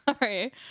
Sorry